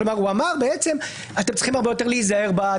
הוא אמר שאתם צריכים הרבה יותר להיזהר בה,